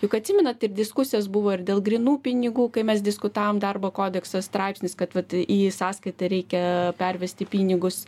juk atsimenat ir diskusijos buvo ir dėl grynų pinigų kai mes diskutavom darbo kodekso straipsnis kad vat į sąskaitą reikia pervesti pinigus